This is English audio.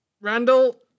Randall